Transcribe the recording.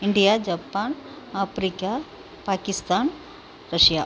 India Japan Africa Pakistan Russia